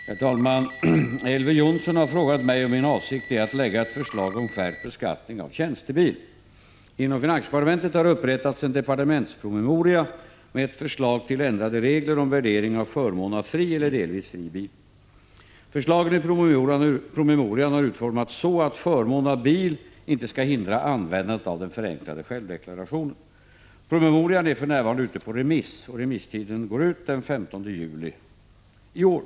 Herr talman! Elver Jonsson har frågat mig om min avsikt är att lägga fram Inom finansdepartementet har upprättats en departementspromemoria med ett förslag till ändrade regler om värdering av förmån av fri eller delvis fri bil. Förslagen i promemorian har utformats så att förmån av bil inte skall hindra användandet av den förenklade självdeklarationen. Promemorian är för närvarande ute på remiss. Remisstiden går ut den 15 juli i år.